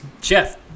Jeff